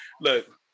look